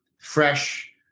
fresh